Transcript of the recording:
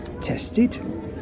tested